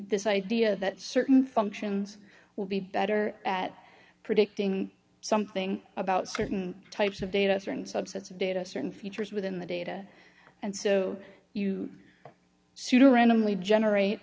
this idea that certain functions will be better at predicting something about certain types of data a certain subsets of data certain features within the data and so you see to randomly generate